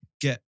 Get